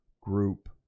group